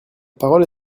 parole